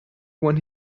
when